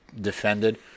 defended